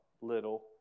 little